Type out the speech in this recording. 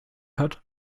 hat